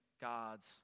God's